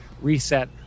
reset